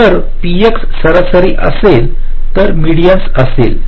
जर P x सरासरी असेल तर मेडीन्स असेल